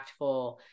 impactful